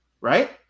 right